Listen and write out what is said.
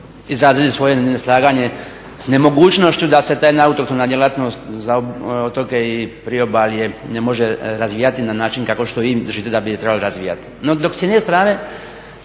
izrazili svoje neslaganje s nemogućnošću da se … djelatnost za otoke i priobalje ne može razvijati na način kako što vi držati da bi se trebali razvijati. No dok s jedne strane